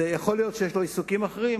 יכול להיות שיש לו עיסוקים אחרים,